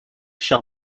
shall